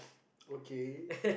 okay